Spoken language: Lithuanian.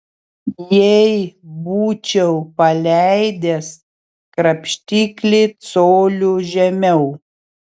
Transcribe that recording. jei būčiau paleidęs krapštiklį coliu žemiau